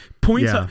points